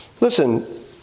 Listen